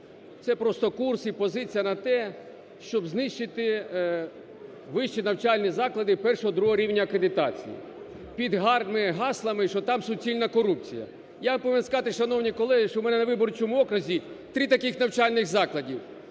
Це просто курс і позиція на те, щоб знищити вищі навчальні заклади І-ІІ рівня акредитації під гарними гаслами, що там суціальна корупція. Я повинен сказати, шановні колеги, що в мене на виборчому окрузі три таких навчальних заклади.